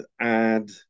add